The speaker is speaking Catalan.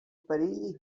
perill